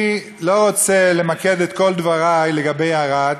אני לא רוצה למקד את כל דברי בערד,